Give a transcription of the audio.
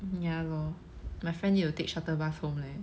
ya lor my friend need to take shuttle bus home leh